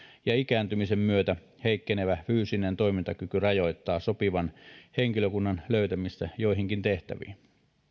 ja ikääntymisen myötä heikkenevä fyysinen toimintakyky rajoittaa sopivan henkilökunnan löytämistä joihinkin tehtäviin